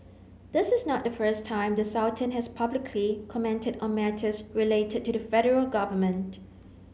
this is not the first time the Sultan has publicly commented on matters related to the federal government